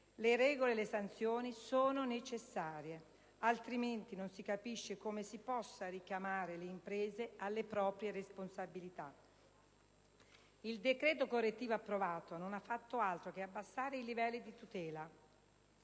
le regole e le sanzioni sono necessarie, altrimenti non si capisce come si possa richiamare le imprese alle proprie responsabilità. Il decreto correttivo approvato non ha fatto altro che abbassare livelli di tutela,